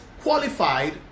qualified